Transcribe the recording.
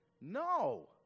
No